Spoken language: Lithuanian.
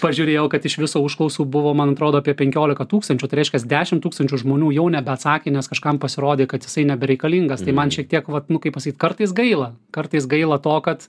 pažiūrėjau kad iš viso užklausų buvo man atrodo apie penkiolika tūkstančių tai reiškias dešim tūkstančių žmonių jau nebeatsakė nes kažkam pasirodė kad jisai nebereikalingas tai man šiek tiek vat nu kaip pasakyt kartais gaila kartais gaila to kad